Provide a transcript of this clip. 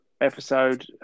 episode